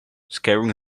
scaring